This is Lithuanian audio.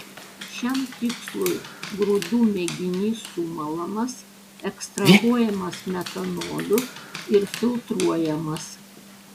šiam tikslui grūdų mėginys sumalamas ekstrahuojamas metanoliu ir filtruojamas